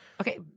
Okay